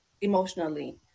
emotionally